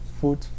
food